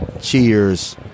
cheers